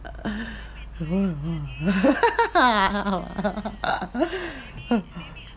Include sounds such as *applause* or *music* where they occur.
*laughs*